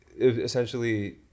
essentially